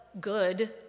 good